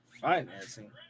Financing